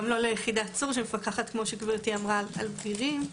גם לא ליחידת צור שמפקחת כפי שגברתי אמרה על בגירים,